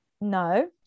no